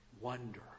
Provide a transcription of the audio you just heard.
wonder